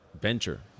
venture